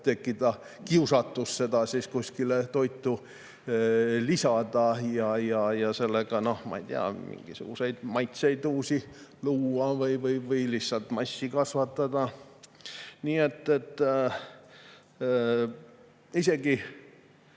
tekkida kiusatus seda kuskile toitu lisada ja selle abil, ma ei tea, mingisuguseid uusi maitseid luua või lihtsalt massi kasvatada. Nii et